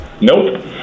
nope